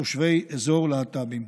מתושבי אזור להט"בים.